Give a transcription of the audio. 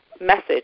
message